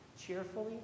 Cheerfully